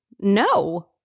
no